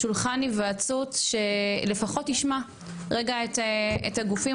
שולחן היוועצות שלפחות ישמע את הגופים